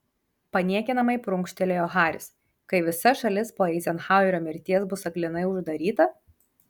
paniekinamai prunkštelėjo haris kai visa šalis po eizenhauerio mirties bus aklinai uždaryta